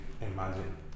imagine